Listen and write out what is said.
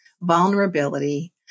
vulnerability